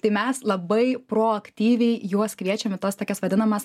tai mes labai proaktyviai juos kviečiam į tas tokias vadinamas